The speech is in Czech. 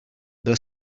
byl